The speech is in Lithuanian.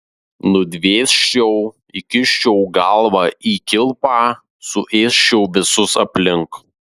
nudvėsčiau įkiščiau galvą į kilpą suėsčiau visus aplink